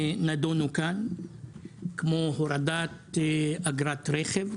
נדונו כאן כמו הורדת אגרת רכב,